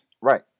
right